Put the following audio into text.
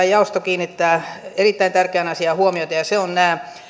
jaosto kiinnittää erittäin tärkeään asiaan huomiota ja se on